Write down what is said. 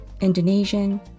Indonesian